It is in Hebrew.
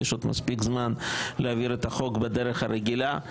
יש עוד מספיק זמן להעביר את החוק בדרך הרגילה.